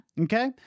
Okay